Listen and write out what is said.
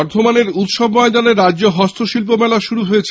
বর্ধমানের উৎসব ময়দানে রাজ্য হস্তশিল্প মেলা শুরু হয়েছে